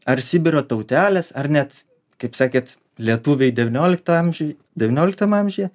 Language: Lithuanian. ar sibiro tautelės ar net kaip sakėt lietuviai devynioliktą amžiuj devynioliktam amžiuje